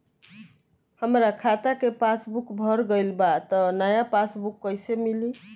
हमार खाता के पासबूक भर गएल बा त नया पासबूक कइसे मिली?